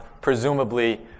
presumably